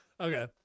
Okay